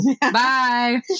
Bye